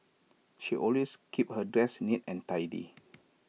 she always keeps her desk neat and tidy